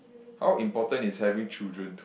how important is having children